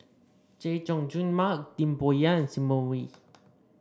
Chay Jung Jun Mark Lim Bo Yam and Simon Wee